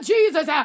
Jesus